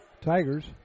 Tigers